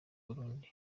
burundi